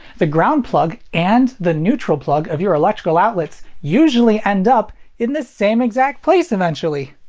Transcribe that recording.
the ground plug and the neutral plug of your electrical outlets usually end up in the same exact place eventually.